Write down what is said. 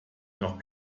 noch